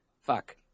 fuck